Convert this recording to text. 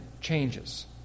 changes